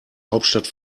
hauptstadt